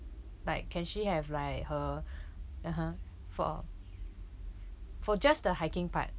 like can she have like her (uh huh) for for just the hiking part